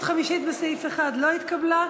החמישית לסעיף 1 לא התקבלה.